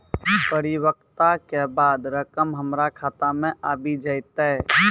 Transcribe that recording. परिपक्वता के बाद रकम हमरा खाता मे आबी जेतै?